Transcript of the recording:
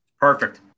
Perfect